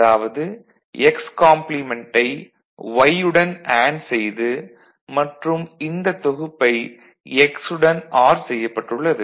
அதாவது x காம்ப்ளிமென்ட்டை y உடன் அண்டு செய்து மற்றும் இந்தத் தொகுப்பை x உடன் ஆர் செய்யப்பட்டுள்ளது